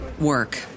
work